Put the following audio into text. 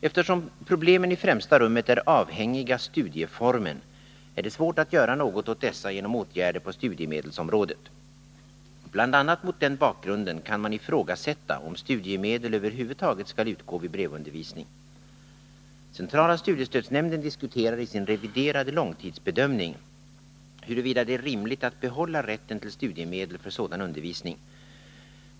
Eftersom problemen i främsta rummet är avhängiga studieformen är det svårt att göra något åt dessa genom åtgärder på studiemedelsområdet. Bl. a. mot den bakgrunden kan man ifrågasätta om studiemedel över huvud taget skall utgå vid brevundervisning. Centrala studiestödsnämnden diskuterar i sin reviderade långtidsbedömning huruvida det är rimligt att behålla rätten till studiemedel för sådan undervisning.